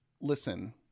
Listen